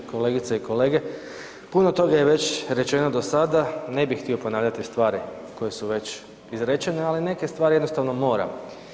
Kolegice i kolege puno toga je već rečeno do sada, ne bih htio ponavljati stvari koje su već izrečene, ali neke stvari jednostavno moram.